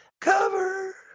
Cover